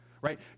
right